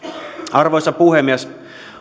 arvoisa puhemies